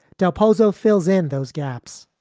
del pozo fills in those gaps.